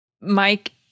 Mike